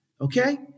okay